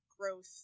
growth